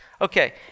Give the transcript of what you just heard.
Okay